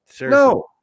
No